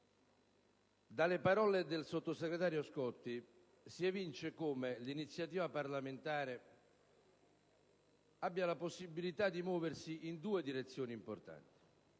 Dalle parole del sottosegretario Scotti si evince che l'iniziativa parlamentare ha la possibilità di muoversi in due direzioni importanti.